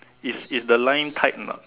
is in the line tight or not